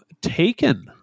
Taken